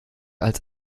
als